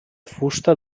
fusta